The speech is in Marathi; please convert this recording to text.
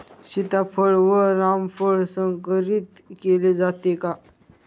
सीताफळ व रामफळ संकरित केले जाते का?